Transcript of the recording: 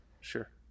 sure